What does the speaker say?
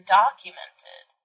documented